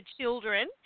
children